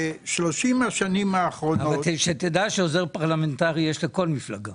בשלושים השנים האחרונות- -- שתדע שעוזר פרלמנטרי יש לכל מפלגה.